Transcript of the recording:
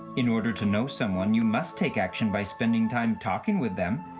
in order to know someone you must take action by spending time talking with them.